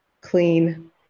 clean